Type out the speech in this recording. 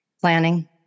Planning